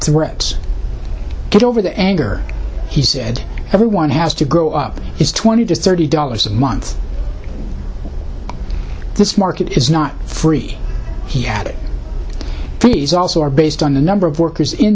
threats get over the anger he said everyone has to grow up is twenty to thirty dollars a month this market is not free he added fees also are based on the number of workers in